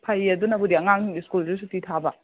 ꯐꯩ ꯑꯗꯨꯅꯕꯨꯗꯤ ꯑꯉꯥꯡꯁꯤꯡ ꯁ꯭ꯀꯨꯜꯁꯨ ꯁꯨꯇꯤ ꯊꯥꯕ